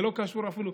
זה לא קשור אפילו,